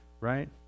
right